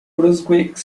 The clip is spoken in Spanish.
brunswick